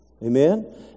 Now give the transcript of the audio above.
Amen